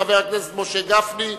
חבר הכנסת משה גפני,